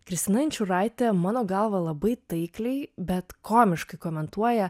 kristina inčiūraitė mano galva labai taikliai bet komiškai komentuoja